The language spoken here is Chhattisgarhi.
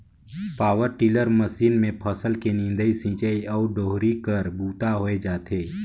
पवर टिलर मसीन मे फसल के निंदई, सिंचई अउ डोहरी कर बूता होए जाथे